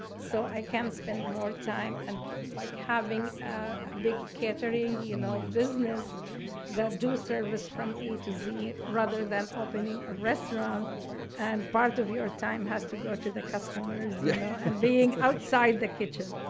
so i can spend more time and like having a big catering you know business that does service from a to z rather than opening a restaurant and part of your time has to go to the customers yeah and being outside the kitchen.